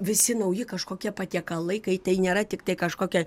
visi nauji kažkokie patiekalai kai tai nėra tiktai kažkokia